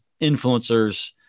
influencers